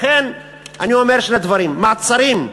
לכן אני אומר שני דברים: מעצרים,